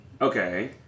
Okay